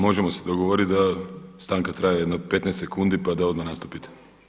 Možemo se dogovorit da stanka traje jedno 15 sekundi pa da odmah nastupite.